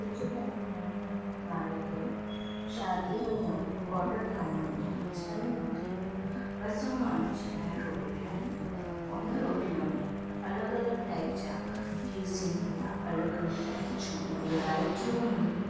कुझु टाइम पहरियों मां हिकु शादीअ जो ऑडर खयो हुओ जंहिं में मूंखे ॿ सौ माण्हुनि जे लाइ रोटी ठाहिणी हुई हुन रोटीअ में अलॻि अलॻि टाइप जा चीज़ूं हुआ अलॻि अलॻि टाइप जूं वैराइटियूं हुयूं